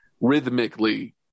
rhythmically